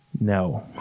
no